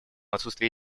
отсутствия